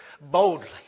boldly